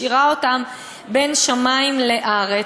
משאירה אותם בין שמים לארץ,